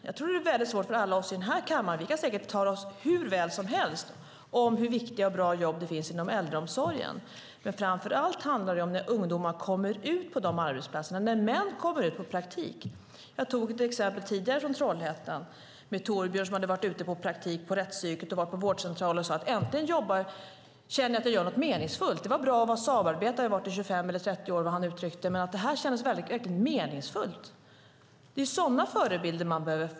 Jag tror att det är svårt för oss. Vi kan tala om hur viktiga och bra jobb det finns inom äldreomsorgen, men det handlar framför allt om att få män att komma ut på praktikplatser. Jag nämnde tidigare ett exempel från Trollhättan med Torbjörn som hade varit ute på praktik på rättspsyk och nu var på en vårdcentral och sade att han äntligen kände att han gjorde något meningsfullt. Det var bra att vara Saabarbetare, som han var i 25-30 år, men det här kändes meningsfullt. Det är sådana förebilder som behövs.